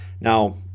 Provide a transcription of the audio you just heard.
Now